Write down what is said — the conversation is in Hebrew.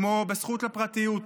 כמו הזכות לפרטיות.